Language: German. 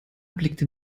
blickte